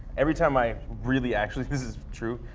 every time i really actually, this is true,